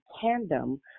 tandem